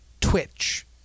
Twitch